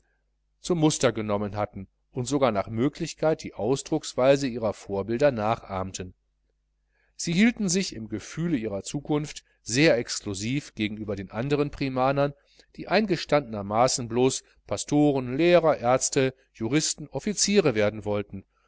zum muster genommen hatten und sogar nach möglichkeit die ausdrucksweise ihrer vorbilder nachahmten sie hielten sich im gefühle ihrer zukunft sehr exklusiv gegenüber den anderen primanern die eingestandenermaßen blos pastoren lehrer ärzte juristen offiziere werden wollten